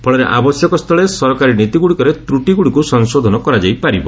ଫଳରେ ଆବଶ୍ୟକ ସ୍ଥଳେ ସରକାରୀ ନୀତି ଗୁଡ଼ିକରେ ତ୍ରଟିଗୁଡ଼ିକୁ ସଂଶୋଧନ କରାଯାଇପାରିବ